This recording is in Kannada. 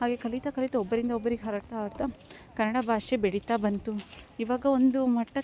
ಹಾಗೆ ಕಲಿತಾ ಕಲಿತಾ ಒಬ್ಬರಿಂದ ಒಬ್ಬರಿಗೆ ಹರಡ್ತಾ ಹರಡ್ತಾ ಕನ್ನಡ ಭಾಷೆ ಬೆಳಿತಾ ಬಂತು ಇವಾಗ ಒಂದು ಮಟ್ಟಕ್ಕೆ